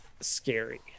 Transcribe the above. scary